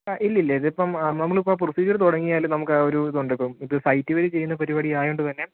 ആ ഇല്ലില്ല ഇതിലിപ്പം നമ്മളിപ്പം പ്രൊസീജിയറ് തുടങ്ങിയാൽ നമുക്ക് ആ ഒരു ഇതൊണ്ട് ഇപ്പം ഇത് സൈറ്റ് വഴി ചെയ്യുന്ന പരിപാടി ആയോണ്ട് തന്നെ